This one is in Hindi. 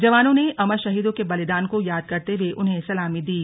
जवानों ने अमर शहीदों के बलिदान को याद करते हुए उन्हें सलामी दी